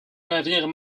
navires